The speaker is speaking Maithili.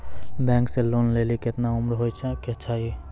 बैंक से लोन लेली केतना उम्र होय केचाही?